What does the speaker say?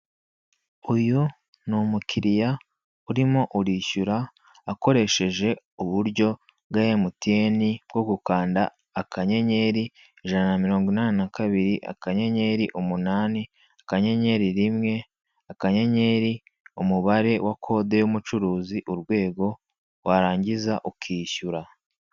Uyu n umukiriya uri kwishyura akoresheje uburyo bwa emutiyene bwo gukanda akanyenyeri ijana na mirongo inani na kabiri akanyenyeriumunani akanyenyeri rimwe akanyenyeri nimero y'umucuruzi urwego warangiza ukishyura.